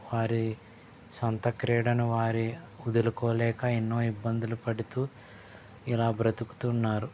వారి సొంత క్రీడను వారు వదుకోలేక ఎన్నో ఇబ్బందులు పడుతు ఇలా బ్రతుకుతున్నారు